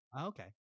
Okay